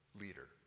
leader